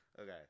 Okay